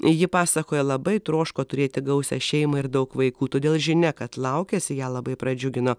ji pasakoja labai troško turėti gausią šeimą ir daug vaikų todėl žinia kad laukiasi ją labai pradžiugino